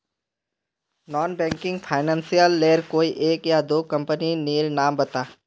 Non banking financial लेर कोई एक या दो कंपनी नीर नाम बता?